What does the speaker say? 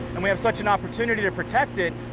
and we have such an opportunity to protect it,